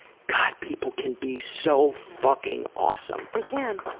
god, people can be so fucking awesome! they can,